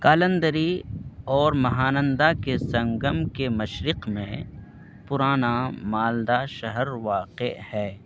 کالندری اور مہانندا کے سنگم کے مشرق میں پرانا مالدا شہر واقع ہے